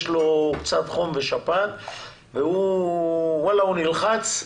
יש לו קצת חום ושפעת והוא נלחץ.